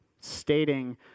stating